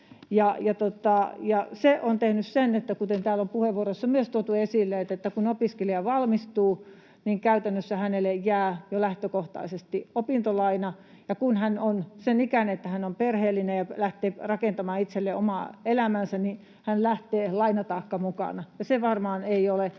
on puheenvuoroissa myös tuotu esille, että kun opiskelija valmistuu, käytännössä hänelle jää jo lähtökohtaisesti opintolaina, ja kun hän on sen ikäinen, että hän on perheellinen ja lähtee rakentamaan itselleen omaa elämäänsä, niin hän lähtee lainataakka mukanaan,